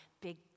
big